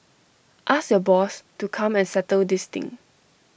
ask your boss to come and settle this thing